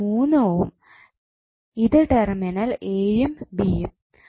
ഇത് 3 ഓം ഇത് terminal A യും ബി യും